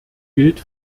gilt